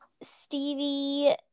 Stevie